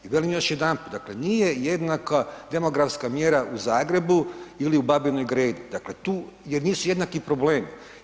I velim još jedanput dakle jednaka demografska mjera u Zagrebu ili u Babinoj Gredi, dakle tu jer nisu jednaki problemi.